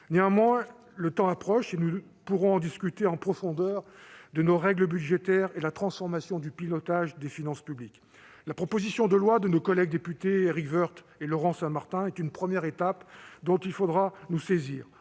ailleurs, le temps approche où nous pourrons discuter en profondeur de nos règles budgétaires et de la transformation du pilotage des finances publiques. La proposition de loi de nos collègues députés Éric Woerth et Laurent Saint-Martin est une première étape. Il faudra nous saisir